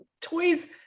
toys